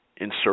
insert